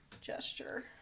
Gesture